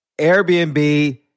Airbnb